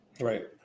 Right